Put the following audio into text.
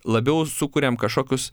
labiau sukuriam kažkokius